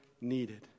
needed